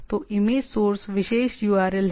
तो image source विशेष URL है